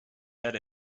head